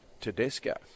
Tedesco